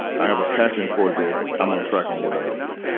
i have a passion for this. i'm on track on what i want to do.